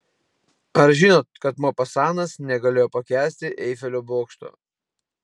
ar žinot kad mopasanas negalėjo pakęsti eifelio bokšto